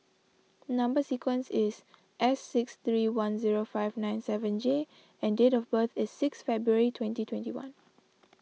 Number Sequence is S six three one zero five nine seven J and date of birth is six February twenty twenty one